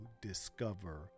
discover